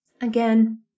again